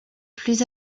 plus